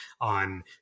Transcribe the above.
on